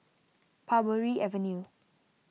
Parbury Avenue